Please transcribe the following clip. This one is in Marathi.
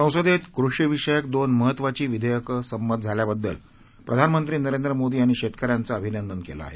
संसदेत कृषीविषयक दोन महत्वाघी विधेयक संमत झाल्याबद्दल प्रधानमंत्री नरेंद्र मोदी यांनी शेतकऱ्याचं अभिनंदन केलं आहे